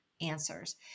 answers